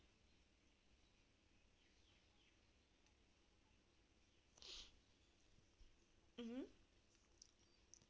mmhmm